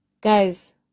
Guys